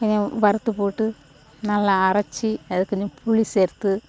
இதையும் வறுத்து போட்டு நல்லா அரைச்சு அதை கொஞ்சோம் புளி சேர்த்து